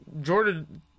Jordan